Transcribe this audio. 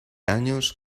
años